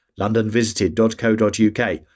londonvisited.co.uk